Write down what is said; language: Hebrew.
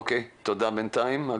תודה בינתיים.